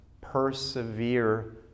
persevere